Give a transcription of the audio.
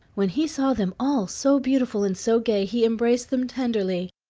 when he saw them all so beautiful and so gay he embraced them tenderly,